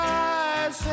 eyes